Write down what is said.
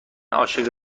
عاشق